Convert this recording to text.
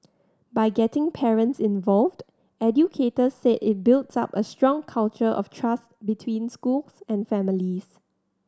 by getting parents involved educators said it builds up a strong culture of trust between schools and families